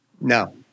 No